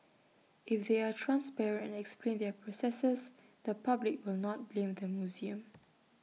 if they are transparent and explain their processes the public will not blame the museum